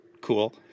cool